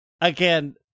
Again